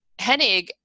Hennig